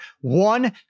one